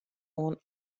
oan